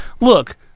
look